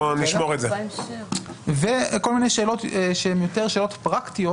יש עוד שאלות פרקטיות